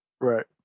right